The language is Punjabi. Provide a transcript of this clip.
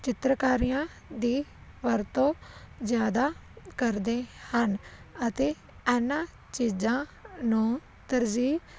ਚਿੱਤਰਕਾਰੀਆਂ ਦੀ ਵਰਤੋਂ ਜ਼ਿਆਦਾ ਕਰਦੇ ਹਨ ਅਤੇ ਇਹਨਾਂ ਚੀਜ਼ਾਂ ਨੂੰ ਤਰਜੀਹ